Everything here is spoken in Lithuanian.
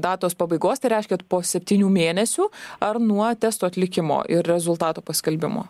datos pabaigos tai reiškia kad po septynių mėnesių ar nuo testo atlikimo ir rezultatų paskelbimo